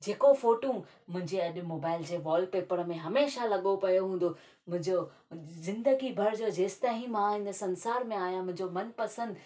जेको फोटू मुहिजे अॼु मोबाइल जे वॉलपेपर में हमेशह लॻो पियो हूंदो मुंहिजो जिंदगी भर जो जेंसि ताईं मां हिन संसार में आहियां मां मुंहिंज़ो मनपसंदि